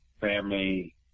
family